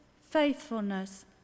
faithfulness